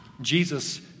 Jesus